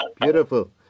Beautiful